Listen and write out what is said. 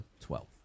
twelve